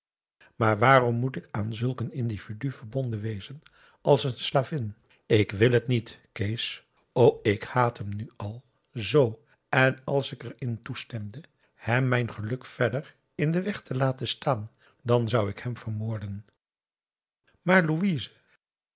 maar waarom moet ik aan zulk een individu verbonden wezen als een slavin ik wil het niet kees o ik haat hem nu al zoo en als ik er in toestemde hem mijn geluk verder in den weg te laten staan dan zou ik hem vermoorden